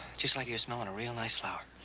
just like you were smelling a real nice flower.